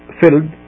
filled